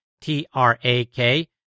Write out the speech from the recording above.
T-R-A-K